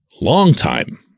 long-time